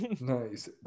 Nice